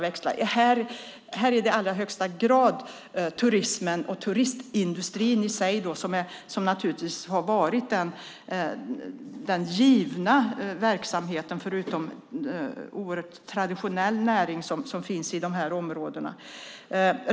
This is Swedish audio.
Här är det i allra högsta grad turismen och turistindustrin i sig som naturligtvis har varit den givna verksamheten förutom oerhört traditionell näring som finns i dessa områden.